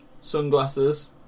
sunglasses